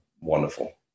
wonderful